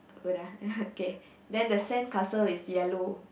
wait ah K then the sandcastle is yellow